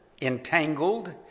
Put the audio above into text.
entangled